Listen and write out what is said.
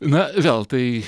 na vėl tai